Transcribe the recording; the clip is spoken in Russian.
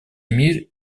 мир